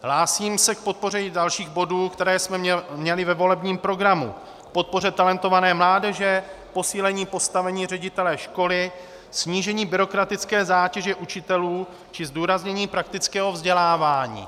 Hlásím se k podpoře i dalších bodů, které jsme měli ve volebním programu, k podpoře talentované mládeže, k posílení postavení ředitele školy, snížení byrokratické zátěže učitelů či zdůraznění praktického vzdělávání...